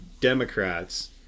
Democrats